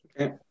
Okay